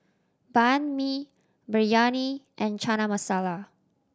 Banh Mi Biryani and Chana Masala